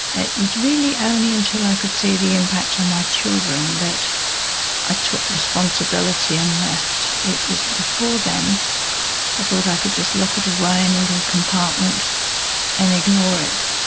it was really only until i could see the impact on my children that i took responsibility and left. it was before then i thought i could just lock it away in a little compartment and ignore it.